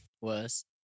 Worse